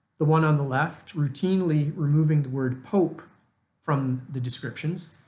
the one on the left routinely removing the word pope from the descriptions,